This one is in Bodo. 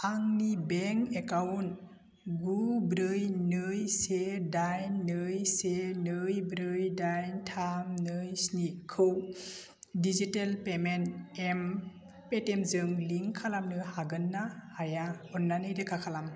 आंनि बेंक एकाउन्ट गु ब्रै नै से दाइन नै से नै ब्रै दाइन थाम नै स्निखौ डिजिटेल पेमेन्ट एप पेटिएमजों लिंक खालामनो हागोन ना हाया अननानै रोखा खालाम